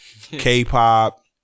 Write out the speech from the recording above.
K-pop